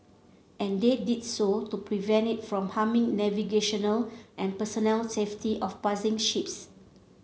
and they did so to prevent it from harming navigational and personnel safety of passing ships